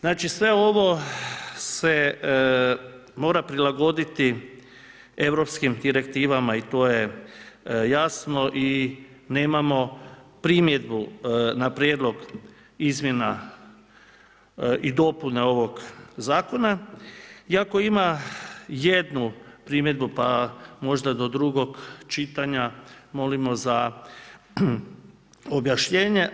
Znači sve ovo se mora prilagoditi europskim direktivama i to je jasno i nemamo primjedbu na prijedlog izmjena i dopuna ovog zakona, iako ima jednu primjedbu pa možda do drugog čitanja molimo za objašnjenje.